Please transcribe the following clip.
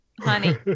honey